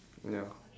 ya